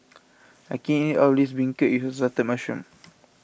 I can't eat all of this Beancurd with Assorted Mushrooms